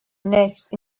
next